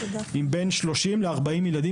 עם בין 30 40 ילדים,